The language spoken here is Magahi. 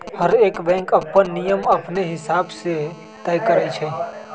हरएक बैंक अप्पन नियम अपने हिसाब से तय करई छई